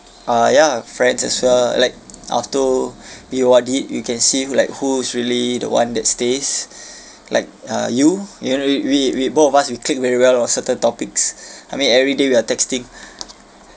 uh ya friends as well like alto iwadi you can see who like who is really the one that stays like uh you you know we we we both of us we clique very well on certain topics I mean everyday we are texting